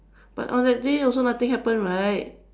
but on that day also nothing happened right